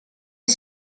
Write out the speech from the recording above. est